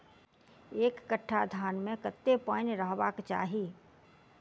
एक कट्ठा धान मे कत्ते पानि रहबाक चाहि?